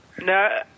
No